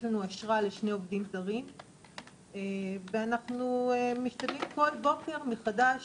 יש לנו אשרה לשני עובדים זרים ואנחנו משתדלים כל בוקר מחדש